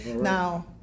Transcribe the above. Now